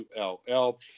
ULL